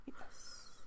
Yes